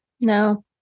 No